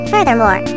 Furthermore